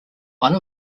one